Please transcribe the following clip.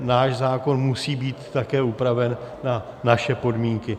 Náš zákon musí být také upraven na naše podmínky.